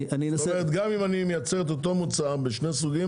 זאת אומרת גם אם אני מייצר את אותו מוצר בשני סוגים,